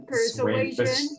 Persuasion